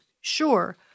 sure